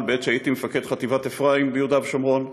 בעת שהייתי מפקד חטיבת אפרים ביהודה ושומרון,